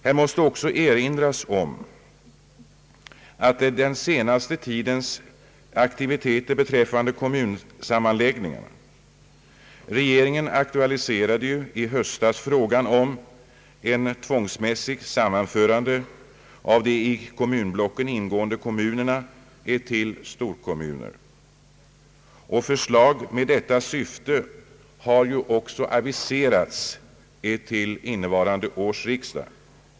Här måste också erinras om den senaste tidens aktiviteter beträffande kommunsammanläggningen. Regeringen aktualiserade ju i höstas frågan om ett tvångsmässigt sammanförande av de i kommunblocken ingående kommunerna till storkommuner, och förslag med detta syfte har också aviserats till innevarande års riksdag.